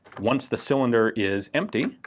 once the cylinder is empty,